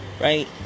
right